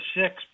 six